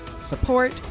support